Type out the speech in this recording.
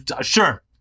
Sure